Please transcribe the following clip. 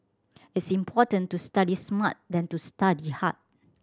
it's important to study smart than to study hard